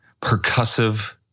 percussive